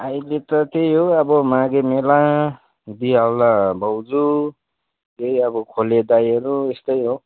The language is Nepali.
अहिले त त्यही हो अब माघे मेला दिई हाल भाउजू त्यही अब खले दाइँहरू यस्तै हो